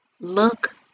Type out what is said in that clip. look